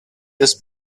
this